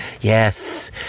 Yes